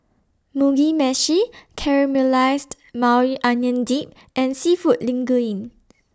Mugi Meshi Caramelized Maui Onion Dip and Seafood Linguine